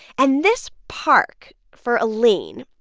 and this park, for elaine,